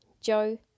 Joe